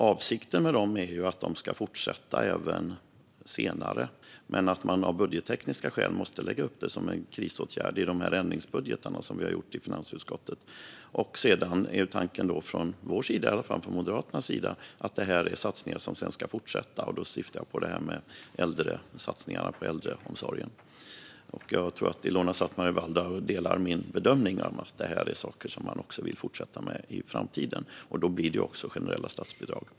Avsikten är att de ska fortsätta även senare men att man av budgettekniska skäl måste lägga upp dem som en krisåtgärd i de ändringsbudgetar som vi har gjort i finansutskottet. Sedan är tanken från vår sida i alla fall, från Moderaternas sida, att detta är satsningar som sedan ska fortsätta. Då syftar jag på satsningarna på äldreomsorgen. Jag tror att Ilona Szatmari Waldau delar min bedömning att detta är saker som man vill fortsätta med i framtiden. Då blir det också generella statsbidrag.